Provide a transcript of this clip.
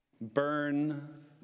Burn